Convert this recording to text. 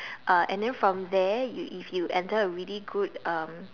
uh and then from there you if you enter a really good um